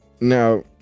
Now